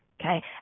okay